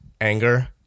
anger